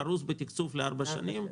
פרוס בתקצוב על פני ארבע שנים,